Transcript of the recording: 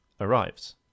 arrives